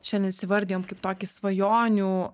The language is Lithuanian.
šiandien įsivardijom kaip tokį svajonių